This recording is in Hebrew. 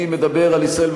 אתה מדבר על ישראל?